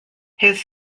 his